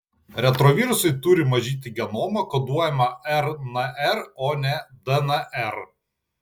retrovirusai turi mažyti genomą koduojamą rnr o ne dnr